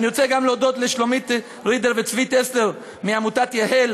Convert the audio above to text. אני רוצה גם להודות לשלומית רידר וצבי טסלר מעמותת יה"ל,